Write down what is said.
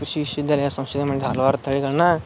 ಕೃಷಿ ವಿಶ್ವ ವಿದ್ಯಾಲಯ ಸಂಶೋಧನೆ ಮಾಡಿದ ಹಲವಾರು ತಳಿಗಳನ್ನ